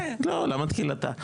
לא, למה תחילתה?